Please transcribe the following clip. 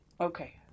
Okay